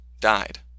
died